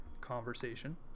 conversation